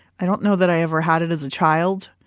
i don't know that i ever had it as a child.